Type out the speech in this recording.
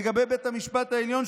לגבי בית המשפט העליון,